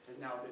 now